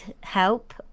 help